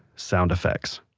sound effects